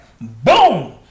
Boom